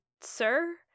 sir